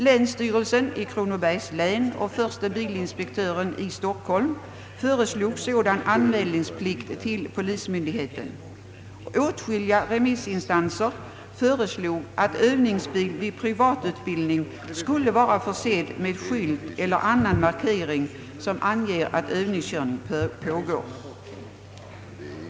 Länsstyrelsen i Kronobergs län och förste bilinspektören i Stockholm föreslog sådan anmälningsplikt till polismyndigheten. Åtskilliga remissinstanser föreslog att övningsbil vid privatutbildning skulle vara försedd med skylt eller annan markering som anger att övningskörning pågår.